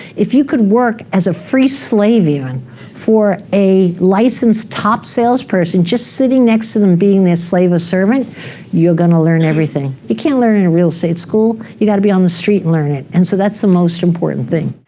if you could work as a free slave, even, and for a licensed top salesperson just sitting next to them being their slave or servant you're going to learn everything. you can't learn in a real estate school. you got to be on the street and learn it and so that's the most important thing.